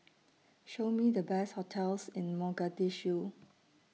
Show Me The Best hotels in Mogadishu